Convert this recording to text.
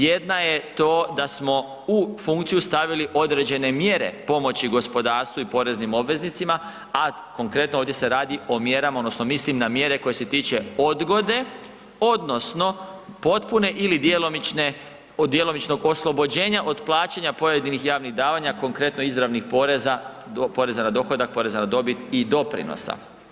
Jedna je to da smo u funkciju stavili određene mjere pomoći gospodarstvu i poreznim obveznicima, a konkretno ovdje se radi o mjerama odnosno mislim na mjere koje se tiče odgode odnosno potpune ili djelomične, djelomičnog oslobođenja od plaćanja pojedinih javnih davanja konkretno izravnih poreza, poreza na dohodak, poreza na dobit i doprinosa.